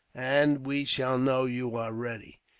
and we shall know you are ready.